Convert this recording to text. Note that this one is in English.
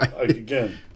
Again